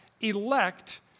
elect